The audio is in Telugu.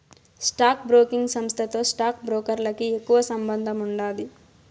స్టాక్ బ్రోకింగ్ సంస్థతో స్టాక్ బ్రోకర్లకి ఎక్కువ సంబందముండాది